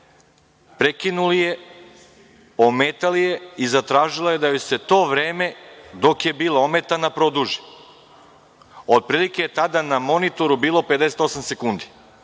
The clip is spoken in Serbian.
prekinuli, ometali i zatražila je da se to vreme, dok je bila ometana, produži. Otprilike je tada na monitoru bilo 58 sekundi.